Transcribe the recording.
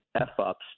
F-ups